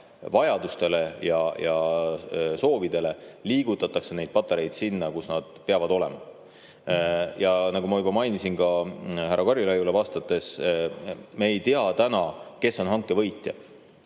vajadustele ja soovidele liigutatakse need patareid sinna, kus nad peavad olema. Nagu ma juba mainisin ka härra Karilaiule vastates, me ei tea täna, kes on hanke võitja.